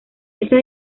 esa